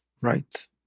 right